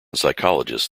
psychologist